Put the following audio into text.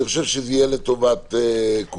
אני חושב שזה יהיה לטובת כולם.